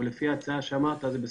אבל לפי ההצעה שאמרת, זה בסדר.